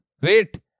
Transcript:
Wait